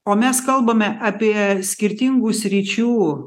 o mes kalbame apie skirtingų sričių